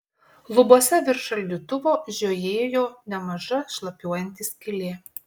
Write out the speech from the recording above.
lubose virš šaldytuvo žiojėjo nemaža šlapiuojanti skylė